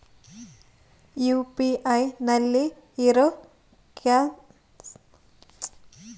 UPI ನಲ್ಲಿ ಇರೋ scan ಉಪಯೋಗ ಮಾಡಿಕೊಂಡು ನಾನು ಮಾಡೋ ಖರ್ಚುಗಳಿಗೆ ರೊಕ್ಕ ನೇಡಬಹುದೇನ್ರಿ?